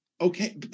Okay